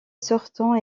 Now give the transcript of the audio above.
sortant